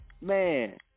man